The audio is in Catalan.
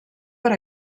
per